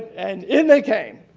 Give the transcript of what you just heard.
and in they came.